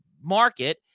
market